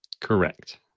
Correct